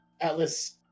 Atlas